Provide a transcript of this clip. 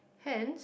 hence